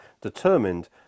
determined